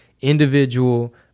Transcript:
individual